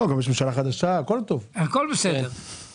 הכול בסדר.